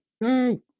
No